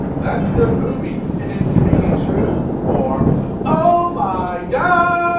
that's a good movie, an inconvenient truth, or oh my